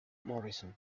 morrison